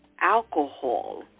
alcohol